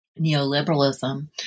neoliberalism